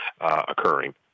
occurring